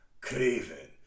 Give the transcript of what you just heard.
Craven